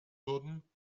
würden